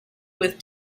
with